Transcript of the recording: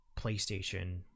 PlayStation